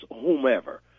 whomever